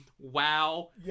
Wow